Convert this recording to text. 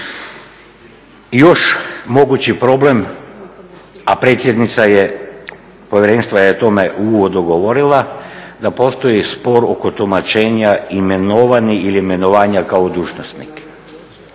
još mogući problem, a predsjednica je Povjerenstva je o tome u uvodu govorila, da postoji spor oko tumačenja imenovani ili imenovanja kao dužnosnik.